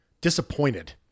disappointed